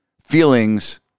feelings